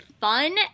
fun